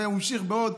והוא המשיך עוד,